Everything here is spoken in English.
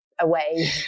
away